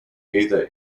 either